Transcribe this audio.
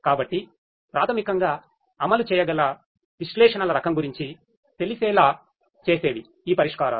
కాబట్టి ప్రాథమికంగా అమలు చేయగల విశ్లేషణల రకం గురించి తెలిసేలా చేసేవి ఈ పరిష్కారాలు